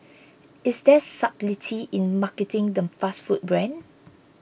is there subtlety in marketing the fast food brand